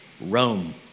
Rome